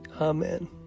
Amen